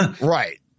Right